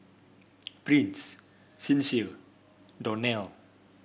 Prince Sincere Donell